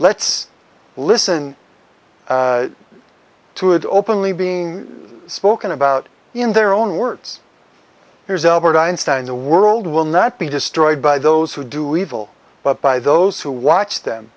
let's listen to it openly being spoken about in their own words here's albert einstein the world will not be destroyed by those who do evil but by those who watch them